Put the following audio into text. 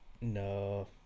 no